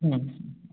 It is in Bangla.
হুম